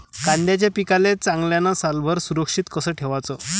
कांद्याच्या पिकाले चांगल्यानं सालभर सुरक्षित कस ठेवाचं?